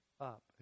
up